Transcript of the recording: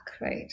right